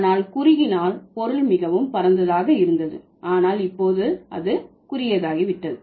ஆனால் குறுகினால் பொருள் மிகவும் பரந்ததாக இருந்தது ஆனால் இப்போது அது குறுகியதாகிவிட்டது